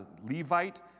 Levite